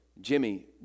Jimmy